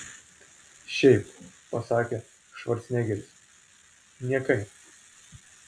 šiaip pasakė švarcnegeris niekai